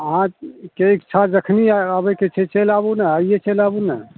अहाँके इच्छा जखन आबैके छै चलि आबू ने आइए चलि आबू ने